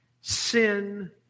Sin